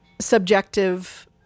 subjective